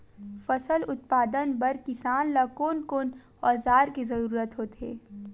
फसल उत्पादन बर किसान ला कोन कोन औजार के जरूरत होथे?